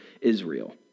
Israel